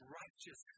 righteous